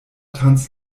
tanz